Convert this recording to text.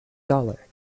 dollar